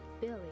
Billy